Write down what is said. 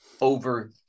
over